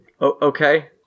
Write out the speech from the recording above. Okay